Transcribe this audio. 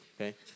Okay